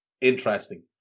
interesting